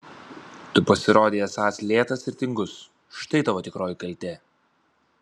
tu pasirodei esąs lėtas ir tingus štai tavo tikroji kaltė